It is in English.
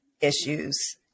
issues